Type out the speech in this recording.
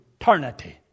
eternity